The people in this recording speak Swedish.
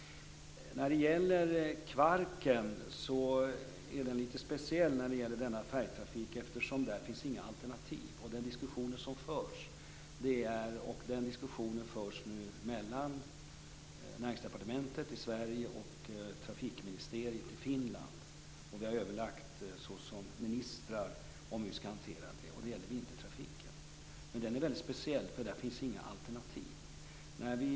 När det gäller Kvarken är den färjetrafiken lite speciell eftersom det inte finns några alternativ. Det förs nu en diskussion på ministernivå mellan Näringsdepartementet i Sverige och Trafikministeriet i Finland om hur vi skall hantera detta. Det gäller vintertrafiken. Den är väldigt speciell, för det finns inga alternativ.